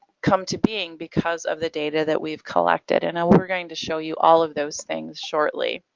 come to being because of the data that we've collected. and um we're going to show you all of those things shortly.